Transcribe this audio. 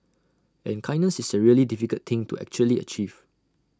and kindness is A really difficult thing to actually achieve